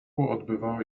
odbywały